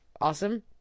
awesome